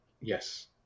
Yes